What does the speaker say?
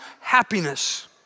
happiness